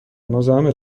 مزاحم